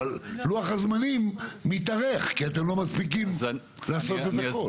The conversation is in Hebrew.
אבל לוח הזמנים מתארך כי אתם לא מספיקים לעשות את הכול.